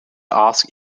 ask